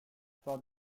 fort